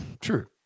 True